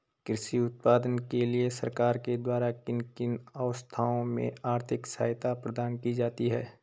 कृषि उत्पादन के लिए सरकार के द्वारा किन किन अवस्थाओं में आर्थिक सहायता प्रदान की जाती है?